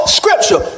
scripture